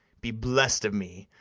be bless'd of me,